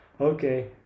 okay